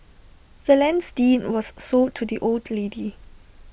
the land's deed was sold to the old lady